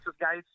guys